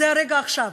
זה הרגע, עכשיו.